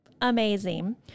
amazing